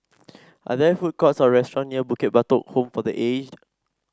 are there food courts or restaurant near Bukit Batok Home for The Aged